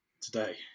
today